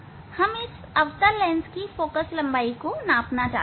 हम इस अवतल लेंस की फोकल लंबाई को नापना चाहते हैं